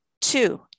Two